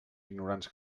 ignorants